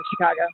Chicago